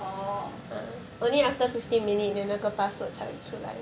orh